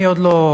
אני עוד לא,